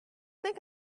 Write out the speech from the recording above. think